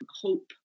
hope